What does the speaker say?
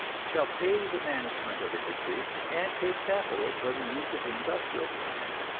shall pay the management of industry and pay capital for the use of the industrial plant,